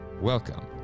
Welcome